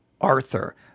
Arthur